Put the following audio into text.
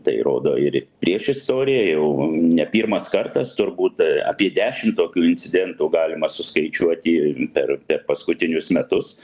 tai rodo ir priešistorė jau ne pirmas kartas turbūt apie dešim tokių incidentų galima suskaičiuoti per paskutinius metus